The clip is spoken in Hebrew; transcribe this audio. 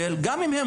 אבל אני יכול.